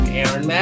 Aaron